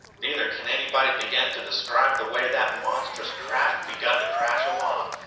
neither can anybody begin to describe the way that monstrous craft begun to crash along.